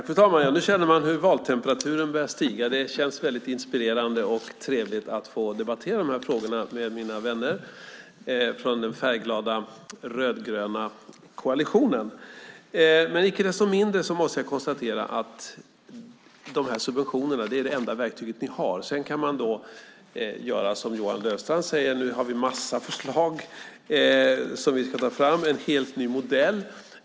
Fru talman! Nu känner man hur valtemperaturen börjar stiga. Det känns väldigt inspirerande och trevligt att få debattera dessa frågor med mina vänner från den färgglada, rödgröna koalitionen. Icke desto mindre måste jag konstatera att de här subventionerna är det enda verktyg ni har. Sedan kan man säga, som Johan Löfstrand, att ni nu har en massa förslag som ni ska ta fram och en helt ny modell.